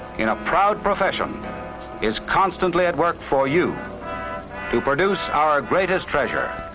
in a proud profession is constantly at work for you to produce our ah greatest treasure,